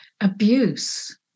abuse